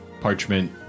parchment